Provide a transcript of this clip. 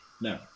No